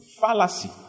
Fallacy